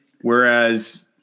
Whereas